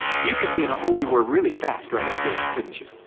you could be in a holy war really fast right after that, couldn't you?